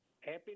Happy